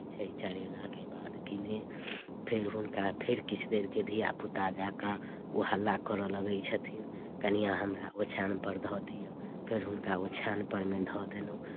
पड़ैत छै चलेलाके बाद किने फेर हुनका फेर किछु देरके धियापुता जँका ओ हल्ला करय लगैत छथिन कनिआँ हमरा ओछानपर धऽ दिअ फेर हुनका ओछान परमे धऽ देलहुँ